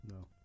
No